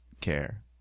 Care